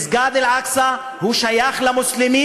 מסגד אל-אקצא שייך למוסלמים.